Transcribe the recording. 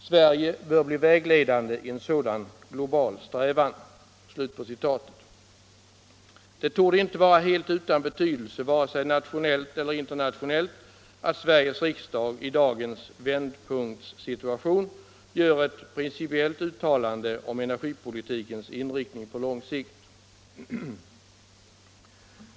Sverige bör bli vägledande i en sådan global strävan!” Det torde inte vara helt utan betydelse — vare sig nationellt eller internationellt — att Sveriges riksdag i dagens ”vändpunktssituation” gör ett principiellt uttalande om energipolitikens inriktning på lång sikt.